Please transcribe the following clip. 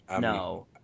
No